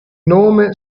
nome